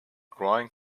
growing